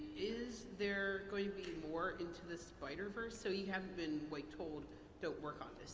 is there going to be more into the spider verse, so you haven't been like told don't work on